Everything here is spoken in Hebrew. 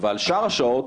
ועל שאר השעות,